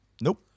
Nope